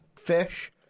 Fish